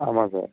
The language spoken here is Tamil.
ஆமாம் சார்